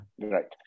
Right